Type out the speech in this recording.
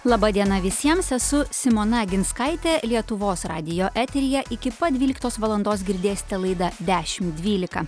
laba diena visiems esu simona aginskaitė lietuvos radijo eteryje iki pat dvyliktos valandos girdėsite laidą dešimt dvylika